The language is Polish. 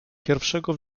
pierwszego